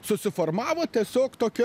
susiformavo tiesiog tokie